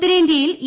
ഉത്തരേന്തൃയിൽ E